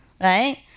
right